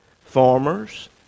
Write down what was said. farmers